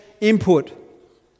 input